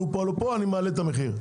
עלו פה, עלו פה, אני מעלה את המחיר.